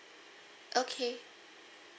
okay